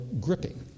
gripping